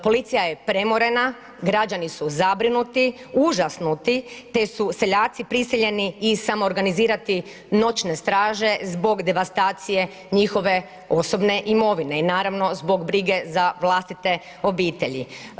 Policija je premorena, građani su zabrinuti, užasnuti te su seljaci prisiljeni i samoorganizirati noćne straže zbog devastacije njihove osobne imovine i naravno, zbog brige za vlastite obitelji.